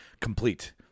complete